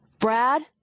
Brad